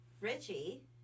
Richie